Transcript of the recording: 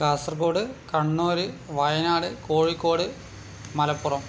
Kasaragod Kannur Wayanad Kozhikode Malappuram